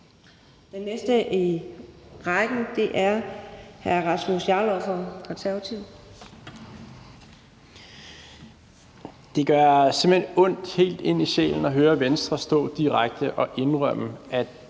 Konservative. Kl. 14:47 Rasmus Jarlov (KF): Det gør simpelt hen ondt helt ind i sjælen at høre Venstre stå direkte og indrømme,